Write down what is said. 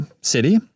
city